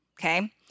okay